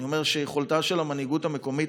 אני אומר שיכולתה של המנהיגות המקומית